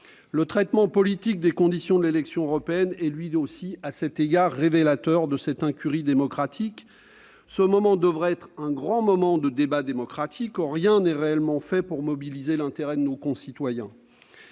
Le traitement politique des conditions de l'élection européenne est lui aussi révélateur de cette incurie démocratique. Cet événement devait être un grand moment de débat démocratique. Or rien n'est réellement fait pour mobiliser l'intérêt de nos concitoyens.